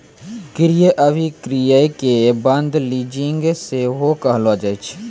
क्रय अभिक्रय के बंद लीजिंग सेहो कहलो जाय छै